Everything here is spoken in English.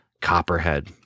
copperhead